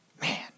Man